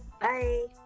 Bye